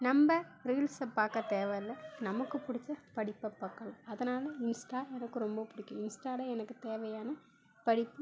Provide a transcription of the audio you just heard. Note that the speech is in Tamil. நம்ப ரீல்ஸை பார்க்க தேவைல்ல நமக்கு பிடிச்ச படிப்பை பார்க்கணும் அதனால் இன்ஸ்ட்டா எனக்கு ரொம்ப பிடிக்கும் இன்ஸ்ட்டாவில் எனக்கு தேவையான படிப்பு